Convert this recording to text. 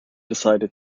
decided